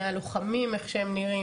מהלוחמים איך שהם נראים,